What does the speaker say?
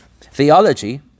theology